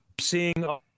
seeing